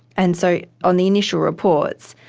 and so on the initial reports,